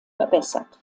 verbessert